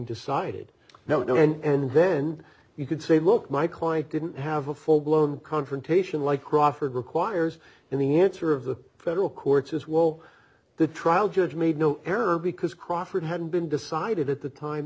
decided no no and then you could say look my client didn't have a full blown confrontation like crawford requires in the answer of the federal courts as well the trial judge made no error because crawford hadn't been decided at the time